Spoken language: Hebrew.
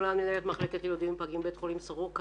מנהלת מחלקת ילודים פגים בבית החולים סורוקה.